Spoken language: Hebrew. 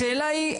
השאלה היא,